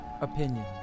opinion